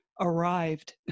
arrived